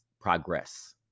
progress